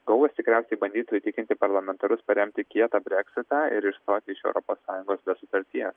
gauvas tikriausiai bandytų įtikinti parlamentarus paremti kietą breksitą ir išstoti iš europos sąjungos be sutarties